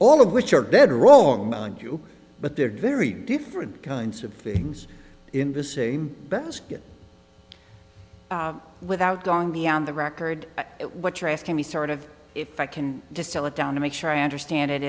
all of which are dead wrong mind you but they're very different kinds of things in the same basket without dong the on the record what you're asking me sort of if i can distill it down to make sure i understand it